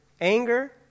anger